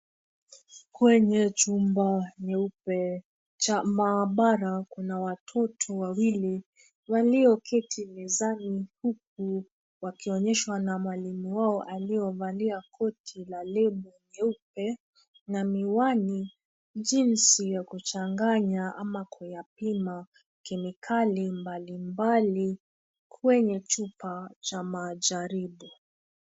Kwenye chumba nyeupe cha maabara, kuna watoto wawili walioketi mezani huku wakionyeshwa na mwalimu wao aliyevalia koti la rangi nyeupe na miwani, jinsi ya kuchanganya ama kuyapima kemikali mbalimbali kwenye chupa cha majaribu.